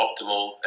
optimal